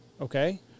Okay